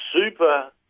super